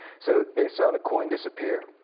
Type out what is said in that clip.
so they saw the coin disappear,